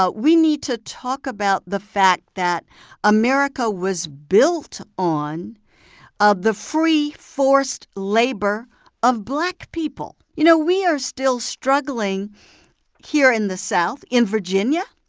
but we need to talk about the fact that america was built on ah the free, forced labor of black people. you know, we are still struggling here in the south in virginia,